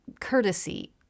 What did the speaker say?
courtesy